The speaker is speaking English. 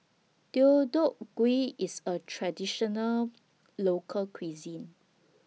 Deodeok Gui IS A Traditional Local Cuisine